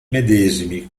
medesimi